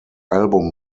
album